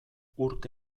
urte